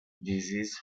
deceased